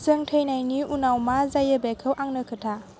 जों थैनायनि उनाव मा जायो बेखौ आंनो खोन्था